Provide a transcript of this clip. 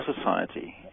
Society